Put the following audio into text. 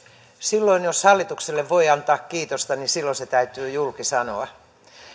silloin jos hallitukselle voi antaa kiitosta niin silloin se täytyy julki sanoa